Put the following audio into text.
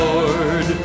Lord